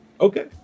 Okay